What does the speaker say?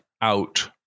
out